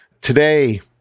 today